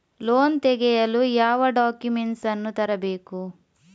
Loan ತೆಗೆಯಲು ಯಾವ documents ಅನ್ನು ತರಬೇಕು?